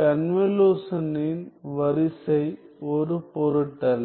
கன்வலுஷனின் வரிசை ஒரு பொருட்டல்ல